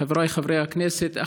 חבריי חברי הכנסת,